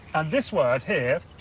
and this word here.